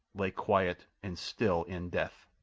lay quiet and still in death.